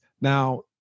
now